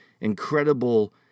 incredible